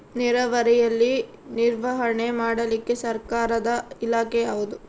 ನೇರಾವರಿಯಲ್ಲಿ ನಿರ್ವಹಣೆ ಮಾಡಲಿಕ್ಕೆ ಸರ್ಕಾರದ ಇಲಾಖೆ ಯಾವುದು?